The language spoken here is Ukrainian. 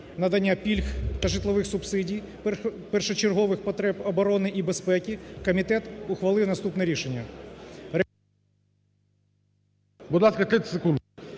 надання пільг та житлових субсидій, першочергових потреб оборони і безпеки, комітет ухвалив наступне рішення…